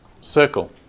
circle